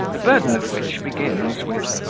the burden of which begins with,